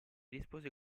rispose